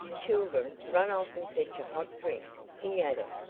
children, run off and fetch a hot drink, he added,